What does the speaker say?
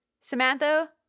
Samantha